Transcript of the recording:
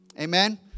Amen